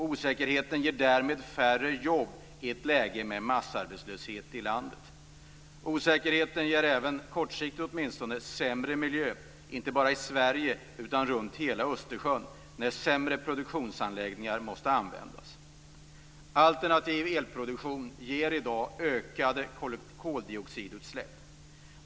Osäkerheten ger därmed färre jobb i ett läge med massarbetslöshet i landet. Osäkerheten ger även åtminstone kortsiktigt sämre miljö, inte bara i Sverige utan runt hela Östersjön, när sämre produktionsanläggningar måste användas. Alternativ elproduktion ger i dag ökade koldioxidutsläpp.